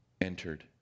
entered